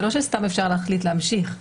זה לא שסתם אפשר להחליט להמשיך.